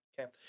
Okay